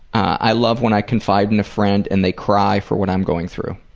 i love when i confide in a friend and they cry for what i'm going through.